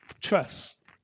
trust